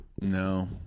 No